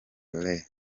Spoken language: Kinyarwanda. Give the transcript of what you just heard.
rev